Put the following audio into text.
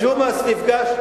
ג'ומס נפגש,